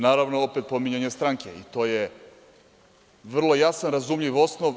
Naravno, opet pominjanje stranke i to je vrlo jasan razumljiv osnov.